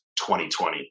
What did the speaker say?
2020